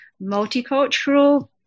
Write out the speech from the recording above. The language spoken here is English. multicultural